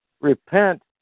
repent